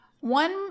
One